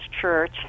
Church